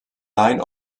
line